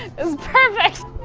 it's perfect.